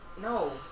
No